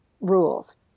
rules